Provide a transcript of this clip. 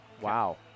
Wow